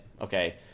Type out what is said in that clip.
okay